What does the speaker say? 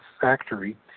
factory